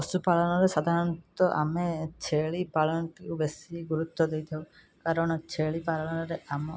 ପଶୁ ପାଳନରେ ସାଧାରଣତଃ ଆମେ ଛେଳି ପାଳନଟିକୁ ବେଶୀ ଗୁରୁତ୍ୱ ଦେଇଥାଉ କାରଣ ଛେଳି ପାଳନରେ ଆମ